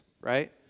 right